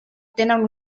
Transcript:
tenen